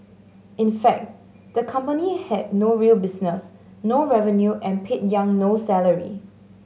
in fact the company had no real business no revenue and paid Yang no salary